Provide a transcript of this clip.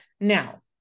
now